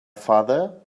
father